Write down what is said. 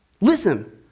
Listen